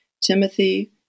Timothy